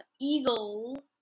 Eagle